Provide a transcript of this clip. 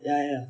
ya ya ya